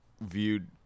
viewed